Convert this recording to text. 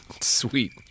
Sweet